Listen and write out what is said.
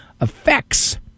effects